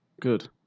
Good